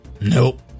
nope